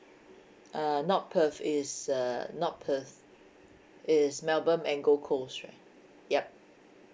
uh not perth is uh not perth is melbourne and gold coast right yup